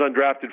undrafted